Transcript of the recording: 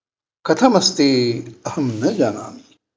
कथम् अस्ति अहं न जानामि